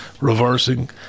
reversing